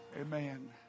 Amen